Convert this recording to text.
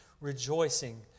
rejoicing